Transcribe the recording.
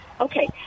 Okay